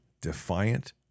defiant